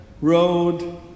road